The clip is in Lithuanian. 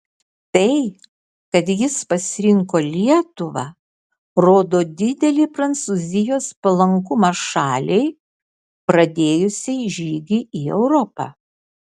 tai kad jis pasirinko lietuvą rodo didelį prancūzijos palankumą šaliai pradėjusiai žygį į europą